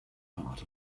part